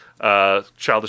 Childish